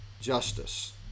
justice